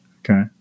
Okay